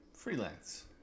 Freelance